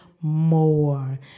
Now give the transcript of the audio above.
more